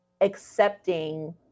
accepting